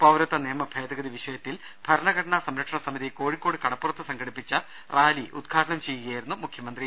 പൌരത്വനിയമഭേദഗതി വിഷയത്തിൽ ഭരണഘടനാ സംരക്ഷണ സമിതി കോഴിക്കോട് കടപ്പുറത്ത് സംഘടിപ്പിച്ച റാലി ഉദ്ഘാടനം ചെയ്യുകയായിരുന്നു മുഖ്യമന്ത്രി